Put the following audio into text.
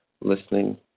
listening